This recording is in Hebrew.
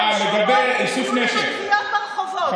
ישתמשו בו ויהיו לך גוויות ברחובות.